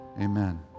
amen